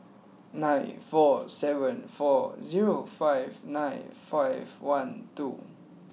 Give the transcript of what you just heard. nine four seven four zero five nine five one two